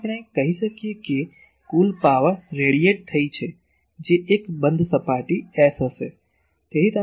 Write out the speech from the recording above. તેથી આપણે કહી શકીએ કે કુલ પાવર ફેલાય છે જે એક બંધ સપાટી S હશે